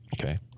Okay